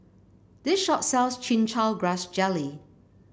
this shop sells Chin Chow Grass Jelly